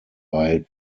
bei